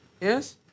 Yes